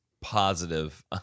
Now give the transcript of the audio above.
positive